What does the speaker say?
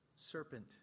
Serpent